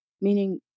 Meaning